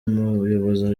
muyobozi